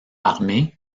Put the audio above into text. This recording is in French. armé